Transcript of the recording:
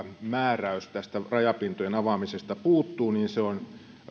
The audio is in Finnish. määräys rajapintojen avaamisesta puuttuu niin se on